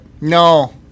No